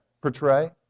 portray